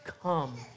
come